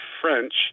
French